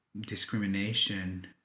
discrimination